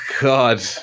god